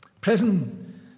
Prison